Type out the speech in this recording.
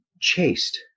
chased